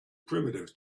primitive